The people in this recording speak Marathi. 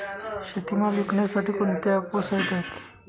शेतीमाल विकण्यासाठी कोणते ॲप व साईट आहेत?